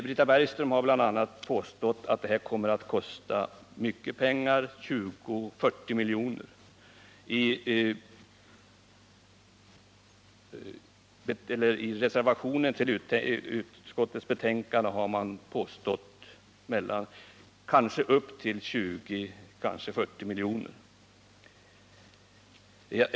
Britta Bergström har bl.a. påstått att det här stödet enligt majoritetsförslaget kommer att kosta mycket pengar. I reservationen till utskottets betänkande har man beräknat kostnaderna för reformen till mellan 20 och 40 milj.kr.